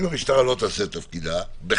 אם המשטרה לא תעשה את תפקידה בכלל,